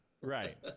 Right